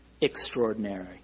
extraordinary